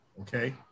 okay